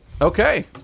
Okay